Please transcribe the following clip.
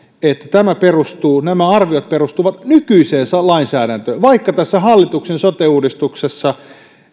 että nämä arviot perustuvat nykyiseen lainsäädäntöön vaikka tässä hallituksen sote uudistuksessa